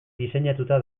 diseinatuta